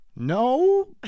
No